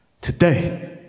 today